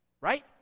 Right